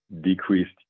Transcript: decreased